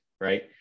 right